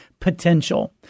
potential